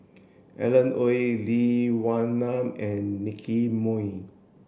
Alan Oei Lee Wee Nam and Nicky Moey